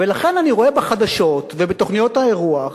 ולכן אני רואה בחדשות ובתוכניות האירוח